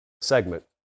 segment